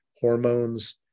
hormones